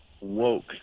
woke